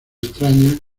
extraña